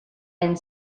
and